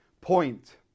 point